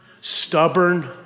stubborn